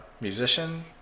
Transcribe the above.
musician